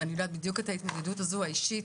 ואני יודעת בדיוק את ההתמודדות הזאת האישית,